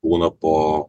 būna po